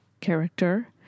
character